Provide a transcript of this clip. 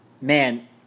man